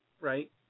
Right